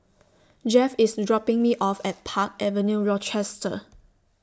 Jeff IS dropping Me off At Park Avenue Rochester